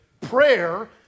prayer